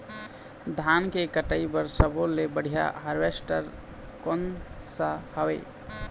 धान के कटाई बर सब्बो ले बढ़िया हारवेस्ट कोन सा हवए?